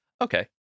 Okay